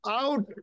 out